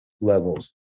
levels